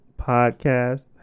podcast